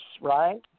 right